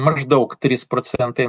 maždaug trys procentai